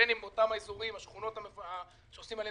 בין אם באותם אזורים ושכונות שעושים עליהם